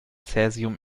cäsium